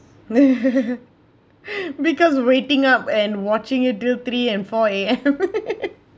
because waiting up and watching it until three and four A_M